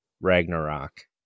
Ragnarok